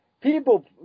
People